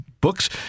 books